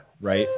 right